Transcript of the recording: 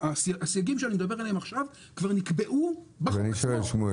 הסייגים שאני מדבר עליהם עכשיו כבר נקבעו בחוק עצמו.